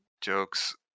jokes